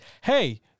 Hey